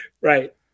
Right